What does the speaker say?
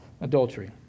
adultery